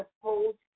supposed